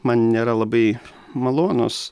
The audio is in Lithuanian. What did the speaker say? man nėra labai malonūs